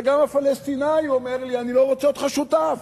וגם הפלסטיני אומר לי: אני לא רוצה אותך שותף,